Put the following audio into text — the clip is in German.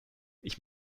ich